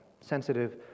sensitive